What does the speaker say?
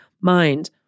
mind